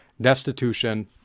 destitution